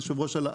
היושב ראש,